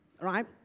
right